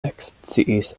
eksciis